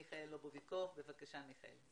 מיכאל לובוביקוב, בבקשה.